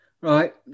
right